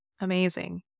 Amazing